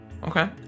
Okay